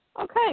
Okay